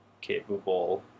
capable